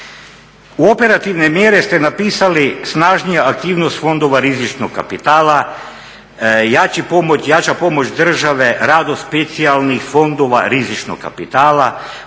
U operativne mjere ste napisali snažnija aktivnost fondova rizičnog kapitala, jača pomoć države, rad specijalnih fondova rizičnog kapitala,